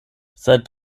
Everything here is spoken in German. seit